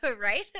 Right